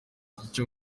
icyo